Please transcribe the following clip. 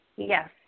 Yes